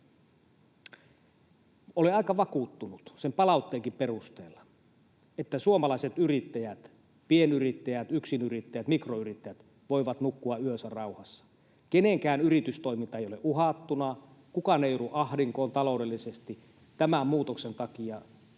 olen aika vakuuttunut sen palautteenkin perusteella, että suomalaiset yrittäjät, pienyrittäjät, yksinyrittäjät, mikroyrittäjät, voivat nukkua yönsä rauhassa. Kenenkään yritystoiminta ei ole uhattuna, kukaan ei joudu ahdinkoon taloudellisesti tämän muutoksen takia sen